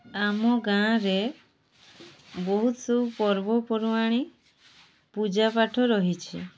ଆମ ଗାଁରେ ବହୁତ ସବୁ ପର୍ବପର୍ବାଣି ପୂଜାପାଠ ରହିଛି